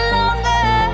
longer